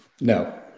No